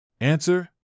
Answer